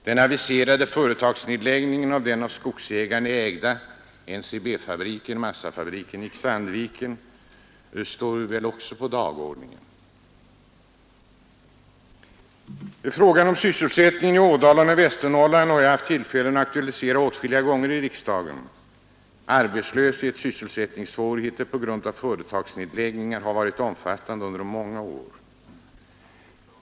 Den aviserade företagsnedläggningen av den av skogsägarna ägda NCB-fabriken i Sandviken står väl också på dagordningen. Frågan om sysselsättningen i Ådalen och Västernorrland har jag haft tillfälle att aktualisera åtskilliga gånger i riksdagen. Arbetslösheten och sysselsättningssvårigheterna på grund av företagsnedläggningar har varit omfattande under många år.